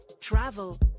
travel